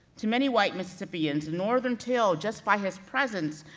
to many white mississippians, northern till, just by his presence,